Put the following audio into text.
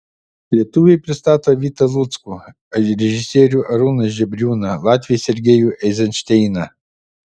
lietuviai pristato vitą luckų režisierių arūną žebriūną latviai sergejų eizenšteiną